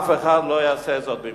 אף אחד לא יעשה זאת במקומנו.